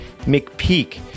McPeak